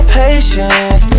patient